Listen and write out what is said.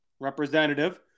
representative